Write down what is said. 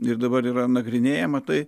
ir dabar yra nagrinėjama tai